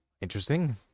Interesting